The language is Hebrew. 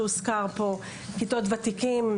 כיתות ותיקים.